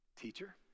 Teacher